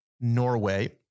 Norway